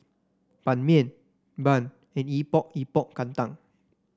Ban Mian bun and Epok Epok Kentang